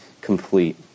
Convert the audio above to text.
complete